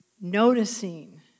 noticing